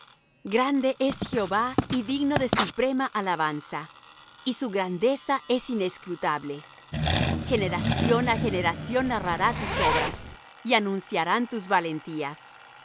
grande es jehová y digno de suprema alabanza y su grandeza es inescrutable generación á generación narrará tus obras y anunciarán tus valentías la